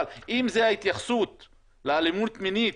אם זו ההתייחסות לאלימות מינית,